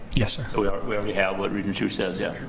yes sir. so yeah we already have what regent hsu says. yeah